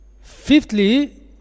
fifthly